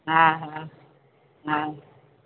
हा हा हा